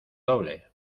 doble